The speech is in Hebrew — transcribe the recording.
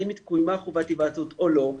האם קוימה חובת היוועצות או לא,